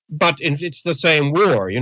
but it's the same war. you